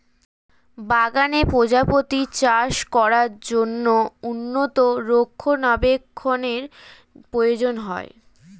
বাগানে প্রজাপতি চাষ করার জন্য উন্নত রক্ষণাবেক্ষণের প্রয়োজন হয়